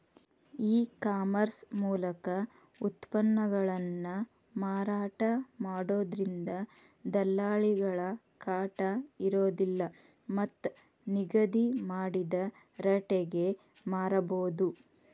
ಈ ಕಾಮರ್ಸ್ ಮೂಲಕ ಉತ್ಪನ್ನಗಳನ್ನ ಮಾರಾಟ ಮಾಡೋದ್ರಿಂದ ದಲ್ಲಾಳಿಗಳ ಕಾಟ ಇರೋದಿಲ್ಲ ಮತ್ತ್ ನಿಗದಿ ಮಾಡಿದ ರಟೇಗೆ ಮಾರಬೋದು